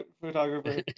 photographer